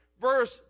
Verse